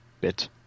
bit